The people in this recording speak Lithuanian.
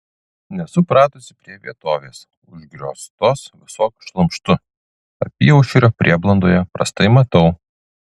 nesu pratusi prie vietovės užgrioztos visokiu šlamštu apyaušrio prieblandoje prastai matau